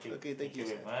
okay thank you sir